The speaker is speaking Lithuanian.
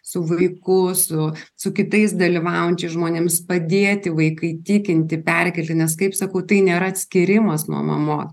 su vaiku su su kitais dalyvaujančiais žmonėmis padėti vaiką įtikinti perkelti nes kaip sakau tai nėra atskyrimas nuo mamos